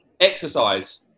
exercise